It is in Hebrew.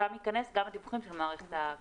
שם ייכנסו גם הדיווחים של מערכת הבריאות,